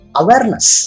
awareness